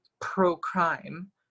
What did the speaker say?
pro-crime